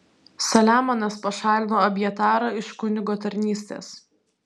saliamonas pašalino abjatarą iš kunigo tarnystės